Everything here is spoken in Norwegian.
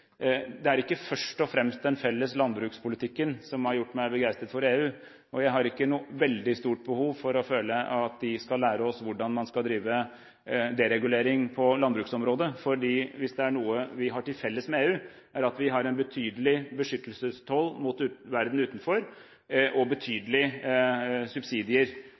Det er ikke først og fremst den felles landbrukspolitikken som har gjort meg begeistret for EU, og jeg har ikke noe veldig stort behov for at EU skal lære oss hvordan man skal drive deregulering på landbruksområdet, for hvis det er noe vi har til felles med EU, er det at vi har en betydelig beskyttelsestoll mot verden utenfor og betydelige subsidier,